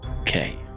Okay